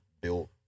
built